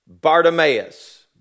Bartimaeus